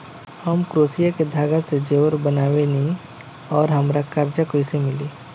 हम क्रोशिया के धागा से जेवर बनावेनी और हमरा कर्जा कइसे मिली?